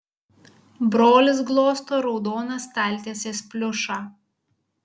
brolis glosto raudoną staltiesės pliušą